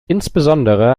insbesondere